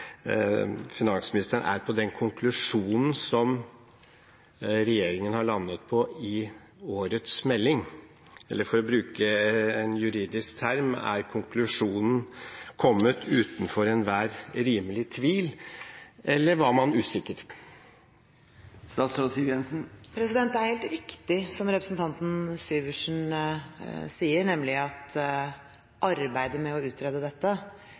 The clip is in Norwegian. bruke en juridisk term: Er konklusjonen kommet utenfor enhver rimelig tvil, eller var man usikker? Det er helt riktig som representanten Syversen sier, nemlig at arbeidet med å utrede dette